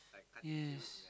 yes